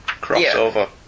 crossover